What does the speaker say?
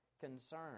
concern